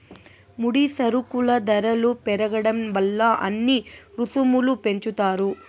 ముడి సరుకుల ధరలు పెరగడం వల్ల అన్ని రుసుములు పెంచుతారు